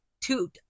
two